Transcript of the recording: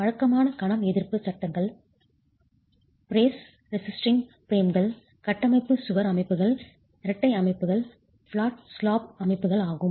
வழக்கமான கணம் எதிர்ப்பு சட்டங்கள் braced frame systems brace resisting பிரேம்கள் கட்டமைப்பு சுவர் அமைப்புகள் இரட்டை அமைப்புகள் பிளாட் ஸ்லாப் அமைப்புகள் ஆகும்